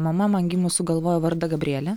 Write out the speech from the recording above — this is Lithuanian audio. mama man gimus sugalvojo vardą gabrielė